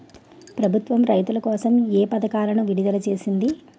ప్రభుత్వం రైతుల కోసం ఏ పథకాలను విడుదల చేసింది?